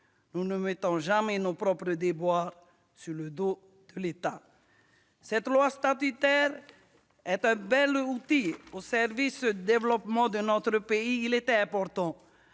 Nous ne mettons jamais nos déboires sur le dos de l'État. Cette loi statutaire est un bel outil au service du développement de notre pays. Il était important,